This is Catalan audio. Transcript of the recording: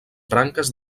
branques